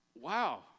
wow